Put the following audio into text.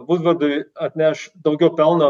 vūdvardui atneš daugiau pelno